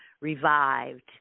revived